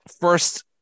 First